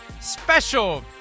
special